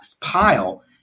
pile